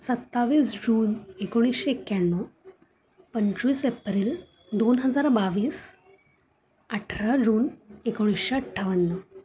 सत्तावीस जून एकोणीसशे एक्याण्णव पंचवीस एप्रिल दोन हजार बावीस अठरा जून एकोणीसशे अठ्ठावन्न